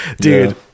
dude